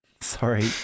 Sorry